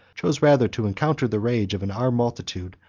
chose rather to encounter the rage of an armed multitude,